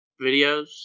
videos